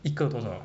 一个多少